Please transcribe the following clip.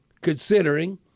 considering